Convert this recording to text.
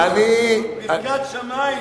ברכת שמים.